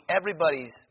everybody's